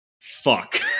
Fuck